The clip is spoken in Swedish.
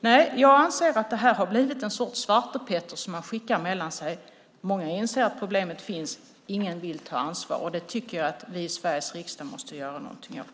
Nej, jag anser att det här har blivit en sorts svartepetter som man skickar mellan sig. Många inser att problemet finns, men ingen vill ta ansvar. Det tycker jag att vi i Sveriges riksdag måste göra någonting åt.